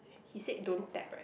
he said don't tap right